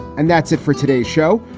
and that's it for today's show,